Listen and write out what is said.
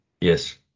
Yes